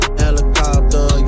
helicopter